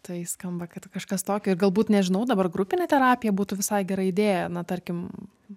tai skamba kad kažkas tokio ir galbūt nežinau dabar grupinė terapija būtų visai gera idėja na tarkim